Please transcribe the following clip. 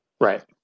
right